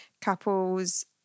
couples